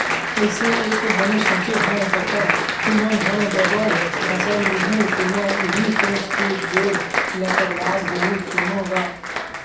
अइसे ऐ तो बने सोचे हँव कका तुमन ह डबल फसल लुहूँ तेमा उही सोच के बोर ल करवात होहू तेंमा गा?